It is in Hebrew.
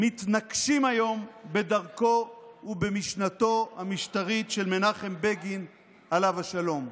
מתנקשים היום בדרכו ובמשנתו המשטרית של מנחם בגין עליו השלום.